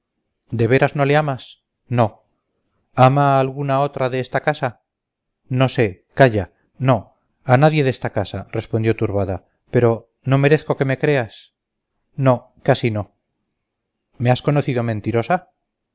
de veras no le amas no ama a alguna otra de esta casa no sé calla no a nadie de esta casa respondió turbada pero no merezco que me creas no casi no me has conocido mentirosa